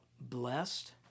blessed